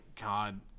God